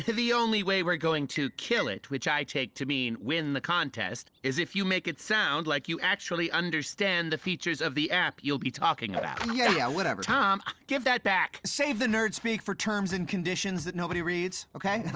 the only way we're going to kill it, which i take to mean win the contest is if you make it sound like you actually understand the features of the app you'll be talking about. yeah, yeah, whatever. tom, give that back! save the nerd speak for the terms and conditions that nobody reads. okay?